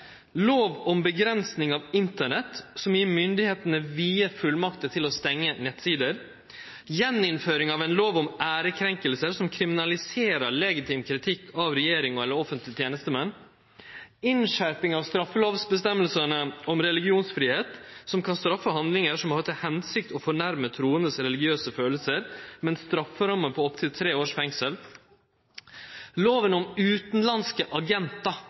Lov om avgrensing av Internett, som gir myndigheitene vide fullmakter til å stengje nettsider. Gjeninnføring av ei lov om ærekrenking, som kriminaliserer legitim kritikk av regjeringa eller offentlege tenestemenn. Innskjerping av straffelovføresegnene om religionsfridom som kan straffe handlingar som har til hensikt å fornærme truandes religiøse kjensler, med ei strafferamme på opptil tre års fengsel. Lov om utanlandske agentar,